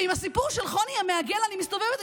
ועם הסיפור של חוני המעגל אני מסתובבת.